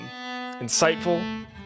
insightful